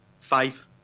Five